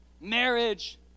marriage